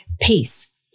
peace